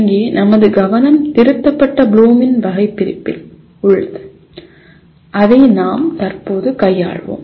இங்கே நமது கவனம் திருத்தப்பட்ட ப்ளூமின் வகைபிரிப்பில் உள்ளது அதை நாம் தற்போது கையாள்வோம்